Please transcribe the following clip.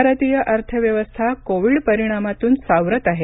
भारतीय अर्थव्यवस्था कोविड परिणामातून सावरत आहे